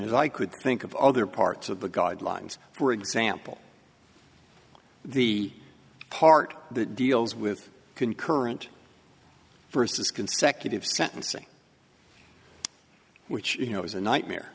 is i could think of other parts of the guidelines for example the part that deals with concurrent versus consecutive sentencing which you know is a nightmare